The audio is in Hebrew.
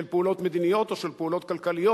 של פעולות מדיניות או של פעולות כלכליות